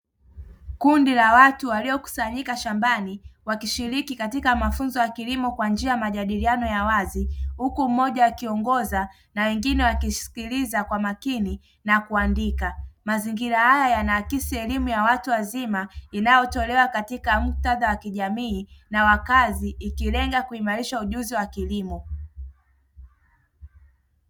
Kundi la watu waliokusanyika shambani wakishiriki katika mafunzo ya kilimo kwa njia ya majadiliano ya wazi, huku mmoja akiongoza na wengine wakisikiliza kwa makini na kuandika, mazingira haya yanaakisi elimu ya watu wazima inayotolewa katika muktadha wa kijamii na wakazi ikilenga kuimarisha ujuzi wa kilimo.